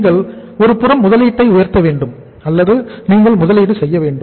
நீங்கள் ஒருபுறம் முதலீட்டை உயர்த்த வேண்டும் அல்லது நீங்கள் முதலீடு செய்ய வேண்டும்